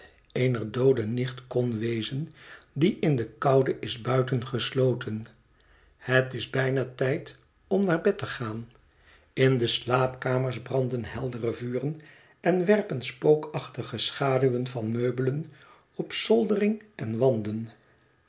eener doode nicht kon wezen die in de koude is buitengesloten het is bijna tijd om naar bed te gaan in de slaapkamers branden heldere vuren en werpen spookachtige schaduwen van meubelen op zoldering en wanden